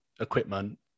equipment